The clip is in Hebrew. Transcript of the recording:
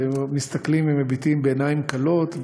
והם מסתכלים ומביטים בעיניים כלות: